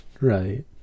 right